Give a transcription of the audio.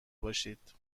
باشید